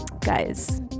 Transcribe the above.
guys